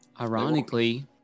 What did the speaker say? Ironically